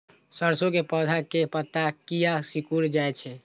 सरसों के पौधा के पत्ता किया सिकुड़ जाय छे?